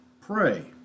Pray